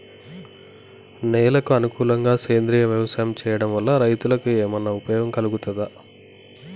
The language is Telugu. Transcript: నేలకు అనుకూలంగా సేంద్రీయ వ్యవసాయం చేయడం వల్ల రైతులకు ఏమన్నా ఉపయోగం కలుగుతదా?